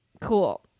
Cool